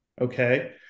Okay